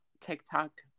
TikTok